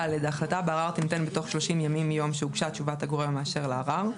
(ד)החלטה בערר תינתן בתוך 30 ימים מיום שהוגשה תשובת הגורם המאשר לערר,